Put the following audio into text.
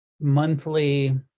monthly